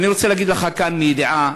אני רוצה להגיד לך כאן, מידיעה,